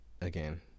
again